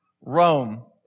Rome